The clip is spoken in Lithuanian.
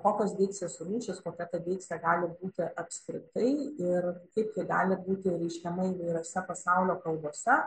kokios deiksės rūšys kokia ta deiksė gali būti apskritai ir kaip ji gali būti reiškiama įvairiose pasaulio kalbose